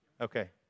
Okay